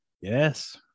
Yes